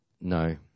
No